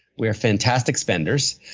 we are fantastic spenders.